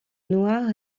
noir